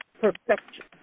perfection